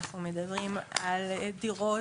אנחנו מדברים על דירות,